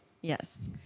Yes